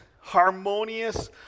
harmonious